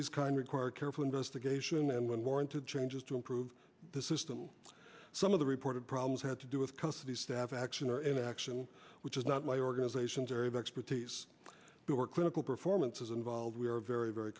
these kind require careful investigation and when warranted changes to improve the system and some of the reported problems had to do with custody staff action or inaction which is not my organizations area of expertise or clinical performance is involved we are very very